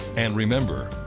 and remember,